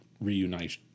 reunite